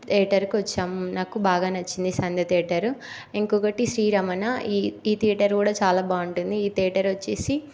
థియేటర్కి వచ్చాము నాకు చాలా నచ్చింది సంధ్యా థియేటరు ఇంకొకటి శ్రీరమణ ఈ ఈ థియేటర్ కూడా నాకు చాలా బాగుంటుంది ఈ థియేటరొచ్చేసి